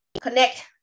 connect